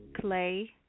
clay